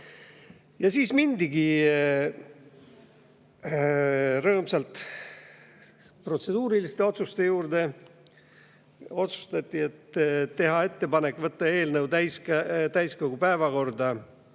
Ja siis mindigi rõõmsalt protseduuriliste otsuste juurde. Otsustati teha ettepanek võtta eelnõu täiskogu päevakorda